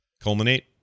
culminate